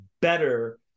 better